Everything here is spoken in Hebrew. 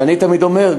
ואני תמיד אומר,